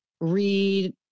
read